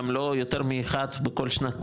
גם לא יותר מאחד בכל שנת תקציב,